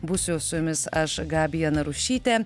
būsiu su jumis aš gabija narušytė